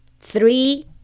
three